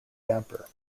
damper